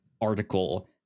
article